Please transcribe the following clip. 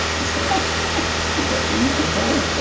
is that ah is that in the empire?